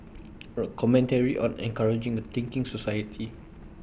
A commentary on encouraging A thinking society